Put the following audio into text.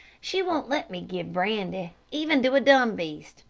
she won't let me give brandy even to a dumb beast,